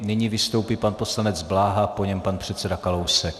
Nyní vystoupí pan poslanec Bláha, po něm pan předseda Kalousek.